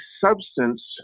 substance